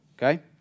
Okay